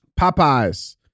Popeyes